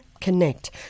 Connect